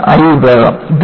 ഇതാണ് I വിഭാഗം